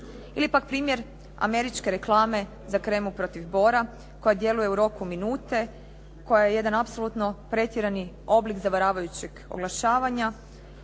Ili pak primjer američke reklame za kremu protiv bora koja djeluje u roku minute, koja je jedan apsolutno pretjerani oblik zavaravajućeg oglašavanja,